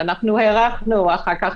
אנחנו הארכנו, אחר כך